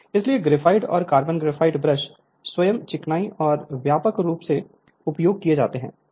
Refer Slide Time 2303 इसलिए graphite और carbon graphite brush स्वयं चिकनाई और व्यापक रूप से उपयोग किए जाते हैं